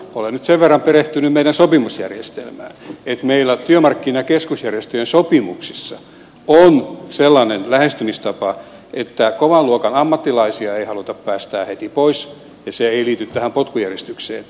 olen nyt sen verran perehtynyt meidän sopimusjärjestelmäämme että meillä työmarkkinakeskusjärjestöjen sopimuksissa on sellainen lähestymistapa että kovan luokan ammattilaisia ei haluta päästää heti pois ja se ei liity tähän potkujärjestykseen